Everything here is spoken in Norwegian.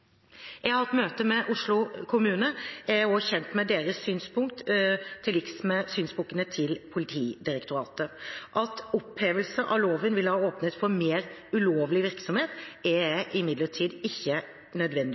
Jeg har hatt møte med Oslo kommune og er kjent med deres synspunkt til liks med synspunktene til Politidirektoratet. At opphevelse av loven ville ha åpnet for mer ulovlig virksomhet, er jeg imidlertid ikke